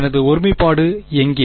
எனது ஒருமைப்பாடு எங்கே